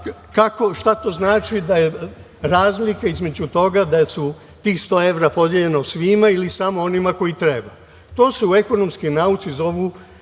šta to znači da je razlika između toga da su tih 100 evra podeljeno svima, ili samo onima kojima treba. To se u ekonomskoj nauci zovu